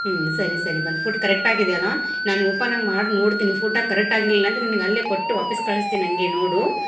ಹ್ಞೂ ಸರಿ ಸರಿ ಬಂದು ಫುಡ್ ಕರೆಕ್ಟಾಗಿ ಇದೆಯಲ್ಲ ನಾನು ಓಪನಾಗಿ ಮಾಡಿ ನೋಡ್ತೀನಿ ಫುಡ್ಡ ಕರೆಕ್ಟಾಗಿ ಇರಲಿಲ್ಲ ಅಂದರೆ ನಿಂಗೆ ಅಲ್ಲೇ ಕೊಟ್ಟು ವಾಪಸ್ ಕಳ್ಸ್ತೀನಿ ಹಂಗೆ ನೋಡು